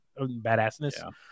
badassness